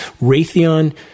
Raytheon